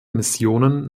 missionen